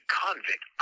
convict